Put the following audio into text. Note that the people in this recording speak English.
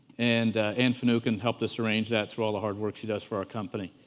and anne finucane helped us arrange that through all the hard work she does for our company.